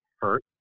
hurt